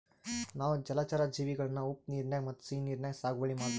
ನಾವ್ ಜಲಚರಾ ಜೀವಿಗಳನ್ನ ಉಪ್ಪ್ ನೀರಾಗ್ ಮತ್ತ್ ಸಿಹಿ ನೀರಾಗ್ ಸಾಗುವಳಿ ಮಾಡಬಹುದ್